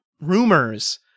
Rumors